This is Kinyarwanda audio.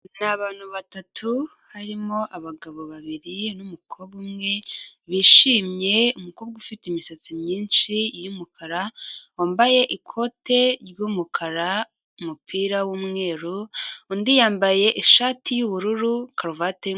Ni abantu batatu, harimo abagabo babiri n'umukobwa umwe, bishimye umukobwa ufite imisatsi myinshi y'umukara, wambaye ikote ry'umukara umupira w'umweru, undi yambaye ishati y'ubururu karuvati.